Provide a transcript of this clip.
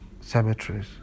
cemeteries